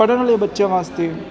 ਪੜ੍ਹਨ ਵਾਲੇ ਬੱਚਿਆਂ ਵਾਸਤੇ